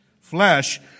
flesh